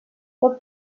tot